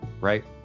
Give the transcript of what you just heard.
right